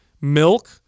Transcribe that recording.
milk